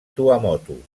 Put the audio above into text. tuamotu